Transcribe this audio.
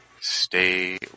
stay